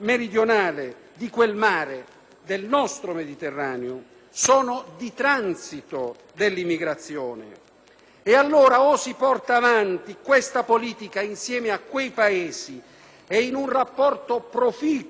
e allora o si porta avanti questa politica insieme ad essi, in un rapporto proficuo con quelli africani, oppure questa sarà priva di qualsiasi risultato.